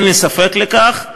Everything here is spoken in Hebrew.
אין לי ספק בכך,